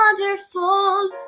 wonderful